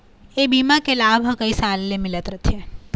ए बीमा के लाभ ह कइ साल ले मिलत रथे